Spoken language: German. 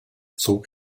zog